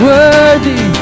Worthy